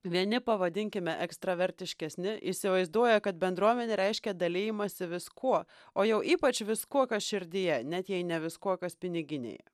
vieni pavadinkime ekstravertiškesni įsivaizduoja kad bendruomenė reiškia dalijimąsi viskuo o jau ypač viskuo kas širdyje net jei ne viskuo kas piniginėje